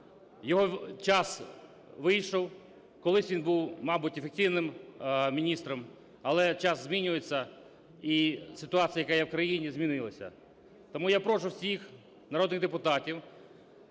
Його час вийшов. Колись він був, мабуть, ефективним міністром, але час змінюється, і ситуація, яка є в країні, змінилася. Тому я прошу всіх народних депутатів,